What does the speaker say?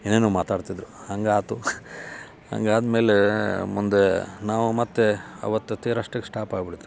ಏನೇನೋ ಮಾತಾಡ್ತಿದ್ದರು ಹಂಗೆ ಆಯ್ತು ಹಂಗೆ ಆದ ಮೇಲೆ ಮುಂದೆ ನಾವು ಮತ್ತೆ ಅವತ್ತು ತೇರು ಅಷ್ಟಕ್ಕೇ ಶ್ಟಾಪ್ ಆಗಿಬಿಡ್ತು